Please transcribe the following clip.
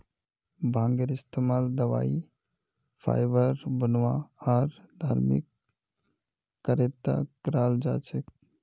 भांगेर इस्तमाल दवाई फाइबर बनव्वा आर धर्मिक कार्यत कराल जा छेक